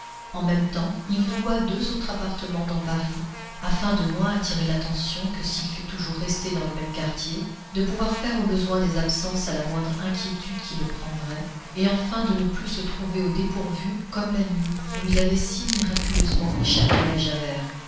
en même temps il loua deux autres appartements dans paris afin de moins attirer l'attention que s'il fût toujours resté dans le même quartier de pouvoir faire au besoin des absences à la moindre inquiétude qui le prendrait et enfin de ne plus se trouver au dépourvu comme la nuit où il avait si miraculeusement échappé à javert